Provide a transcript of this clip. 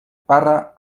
parra